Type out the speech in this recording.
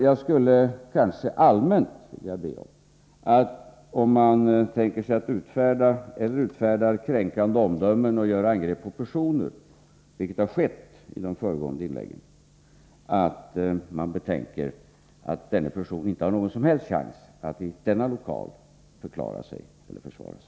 Jag skulle kanske allmänt vilja be att man — om man tänker sig att utfärda eller utfärdar kränkande omdömen och gör angrepp på personer, vilket skett i de föregående inläggen — betänker att denna person inte har någon som helst chans att i denna lokal förklara eller försvara sig.